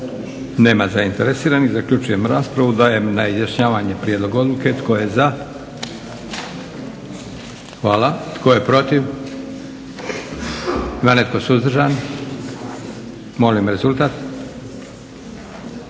Nema zainteresiranih. Zaključujem raspravu. Dajem na izjašnjavanje prijedlog odluke. Tko je za? Hvala. Tko je protiv? Hvala. Ima netko suzdržan? Molim rezultat.